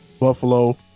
Buffalo